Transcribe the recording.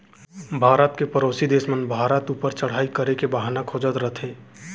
भारत के परोसी देस मन भारत ऊपर चढ़ाई करे के बहाना खोजत रथें